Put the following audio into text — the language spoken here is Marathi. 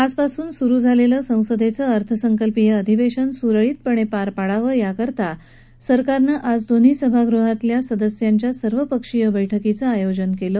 आज पासून सुरू झालेलं संसदेचं अर्थसंकल्पीय अधिवेशन सुरळीतपणे पार पाडण्यासाठी सरकारनं आज दोन्ही सभागृहातल्या सदस्यांच्या सर्वपक्षीय बैठकीचं आयोजन केलं